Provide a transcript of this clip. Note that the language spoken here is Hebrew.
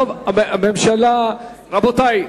רבותי,